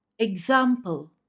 Example